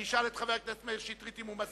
אני אשאל את חבר הכנסת מאיר שטרית אם הוא מסכים,